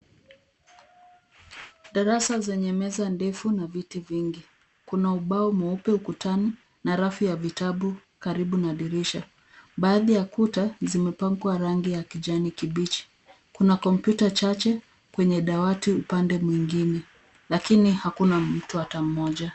Darasa zenye meza ndefu na viti vingi. Kuna ubao mweupe ukutani na rafu ya vitabu karibu na dirisha. Baadhi ya kuta zimepakwa rangi ya kijani kibichi. Kuna kompyuta chache kwenye dawati upande mwingine lakini hakuna mtu hata mmoja.